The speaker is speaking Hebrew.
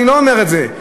אני לא אומר את זה.